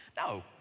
No